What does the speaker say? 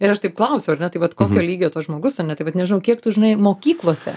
ir aš taip klausiau ar ne tai vat kokio lygio tas žmogus ar ne tai vat nežinau kiek tu žinai mokyklose